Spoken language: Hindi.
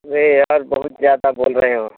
यह यार बहुत ज़्यादा बोल रहे हो